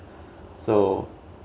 so